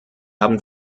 haben